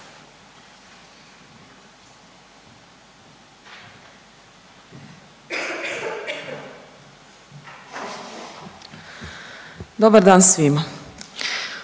Dobar dan svima.